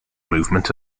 movement